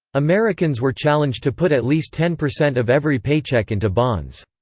americans were challenged to put at least ten percent of every paycheck into bonds.